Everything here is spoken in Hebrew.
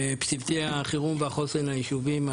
בבסיסי החירום והחוסן היישוביים.